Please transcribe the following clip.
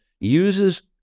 uses